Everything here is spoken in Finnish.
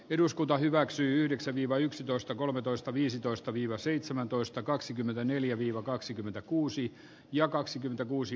eduskunta hyväksyi yhdeksän iva yksitoista kolmetoista viisitoista viva seitsemäntoista kaksikymmentäneljä jyrki yrttiahon esitystä